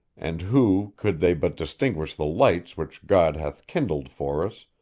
and who, could they but distinguish the lights which god hath kindled for us,